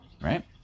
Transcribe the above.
Right